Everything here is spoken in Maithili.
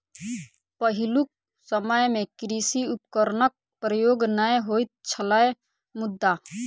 पहिलुक समय मे कृषि उपकरणक प्रयोग नै होइत छलै मुदा